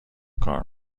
کار